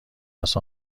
است